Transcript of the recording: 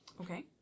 Okay